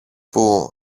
που